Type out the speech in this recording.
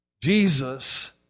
Jesus